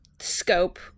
scope